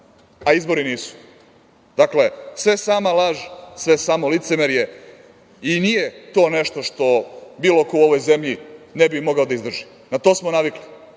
a izbori nisu. Dakle, sve sama laž, sve samo licemerje i nije to nešto što bilo ko u ovoj zemlji ne bi mogao da izdrži, na to smo navikli,